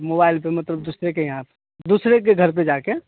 mobile पर मतलब दूसरे के यहाँ दूसरे के घर पर जा कर